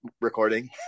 recording